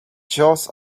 just